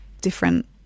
different